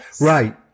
Right